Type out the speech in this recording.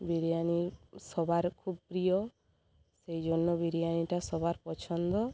বিরিয়ানি সবার খুব প্রিয় সেই জন্য বিরিয়ানিটা সবার পছন্দ